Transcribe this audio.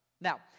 Now